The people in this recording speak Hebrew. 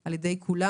על ידי כולם.